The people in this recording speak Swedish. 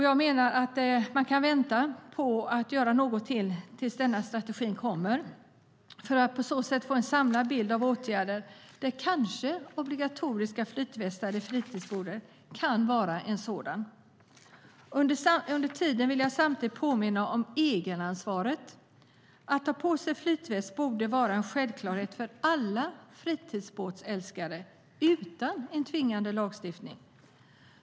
Jag menar att man kan vänta tills strategin kommer för att på så sätt få en samlad bild av möjliga åtgärder. Obligatoriska flytvästar i fritidsbåtar kanske kan vara en sådan. Under tiden vill jag påminna om egenansvaret. Att ha på sig flytväst borde vara en självklarhet för alla fritidsbåtsälskare även utan en tvingande lagstiftning.